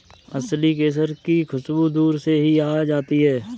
असली केसर की खुशबू दूर से ही आ जाती है